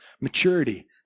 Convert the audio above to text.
maturity